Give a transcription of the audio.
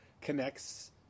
connects